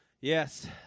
yes